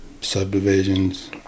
Subdivisions